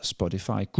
Spotify